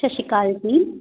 ਸਤਿ ਸ਼੍ਰੀ ਅਕਾਲ ਜੀ